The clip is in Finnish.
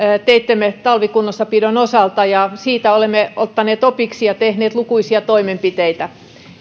teittemme talvikunnossapidon osalta ja siitä olemme ottaneet opiksi ja tehneet lukuisia toimenpiteitä